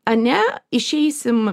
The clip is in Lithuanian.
ane išeisim